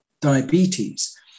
diabetes